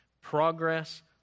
Progress